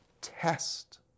Test